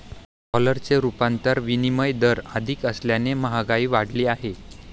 dollar ते रुपयाचा विनिमय दर अधिक असल्याने महागाई वाढली आहे